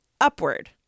upward